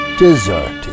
deserted